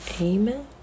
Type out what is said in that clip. amen